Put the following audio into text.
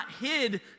hid